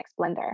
blender